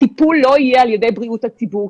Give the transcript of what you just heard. הטיפול לא יהיה על ידי בריאות הציבור,